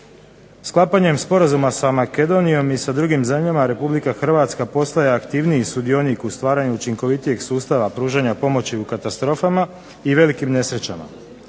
Sklapanjem sporazuma sa Makedonijom i sa drugim zemljama Republika Hrvatska postaje aktivniji sudionik u stvaranju učinkovitijeg sustava pružanja pomoći u katastrofama i velikim nesrećama.